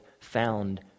found